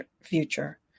future